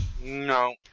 No